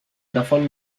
davon